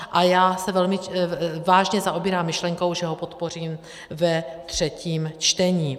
A já se velmi vážně zaobírám myšlenkou, že ho podpořím ve třetím čtení.